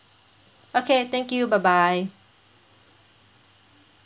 okay thank you bye bye